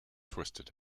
twisted